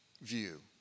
view